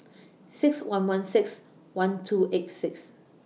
six one one six one two eight six